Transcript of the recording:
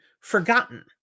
forgotten